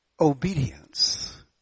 obedience